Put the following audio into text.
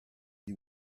you